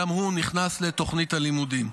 גם הוא נכנס לתוכנית הלימודים.